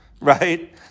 right